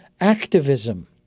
activism